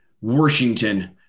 Washington